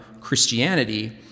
Christianity